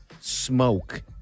smoke